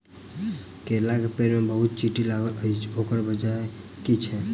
केला केँ पेड़ मे बहुत चींटी लागल अछि, ओकर बजय की छै?